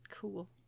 Cool